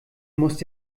musst